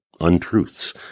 untruths